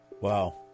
Wow